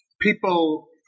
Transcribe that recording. People